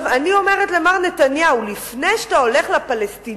אני אומרת למר נתניהו: לפני שאתה הולך לפלסטינים